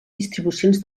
distribucions